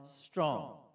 strong